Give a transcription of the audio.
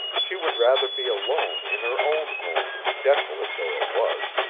she would rather be alone in her own home, desolate though it was,